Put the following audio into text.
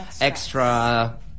extra